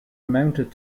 amounted